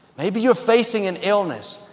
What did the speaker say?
maybe you're facing an illness,